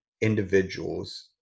individuals